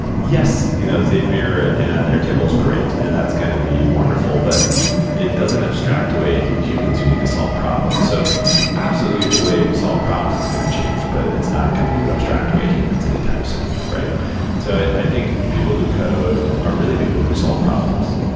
yes, you know zapier and airtable is great, and that's going to be wonderful. but it doesn't abstract to a human who need to solve problems. so absolutely the way we solve problems is going to change, but it's not going to abstract away humans anytime soon. so i think people who code are really people who solve problems.